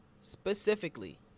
specifically